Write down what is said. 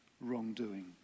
wrongdoing